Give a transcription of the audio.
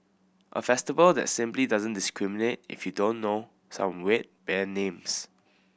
a festival that simply doesn't discriminate if you don't know said weird band names